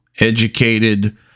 educated